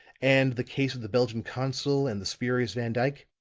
and the case of the belgian consul and the spurious van dyke.